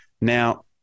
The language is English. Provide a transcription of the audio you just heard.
Now